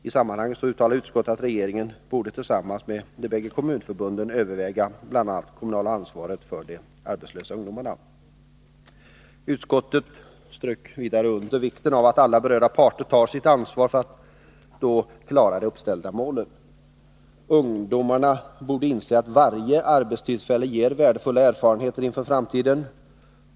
I sammanhanget uttalade utskottet att regeringen borde tillsammans med de båda kommunförbunden överväga bl.a. det kommunala ansvaret för de arbetslösa ungdomarna. Utskottet strök vidare under vikten av att alla berörda parter tar sitt ansvar för att möjliggöra att det uppställda målet nås. Ungdomarna borde inse att varje arbetstillfälle ger värdefulla erfarenheter inför framtiden.